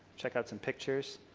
check out and p ictures.